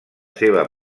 seva